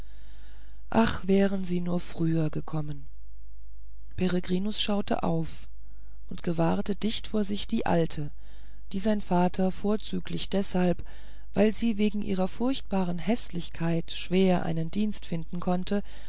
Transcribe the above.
ach wären sie nur früher gekommen peregrinus schaute auf und gewahrte dicht vor sich die alte die sein vater vorzüglich deshalb weil sie wegen ihrer furchtbaren häßlichkeit schwer einen dienst finden konnte